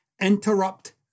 interrupt